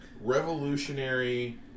revolutionary